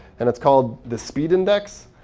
and it's called the speed index.